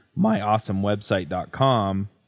myawesomewebsite.com